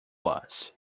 was